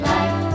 Life